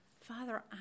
Father